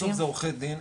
זה עורכי דין,